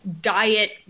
diet